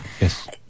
Yes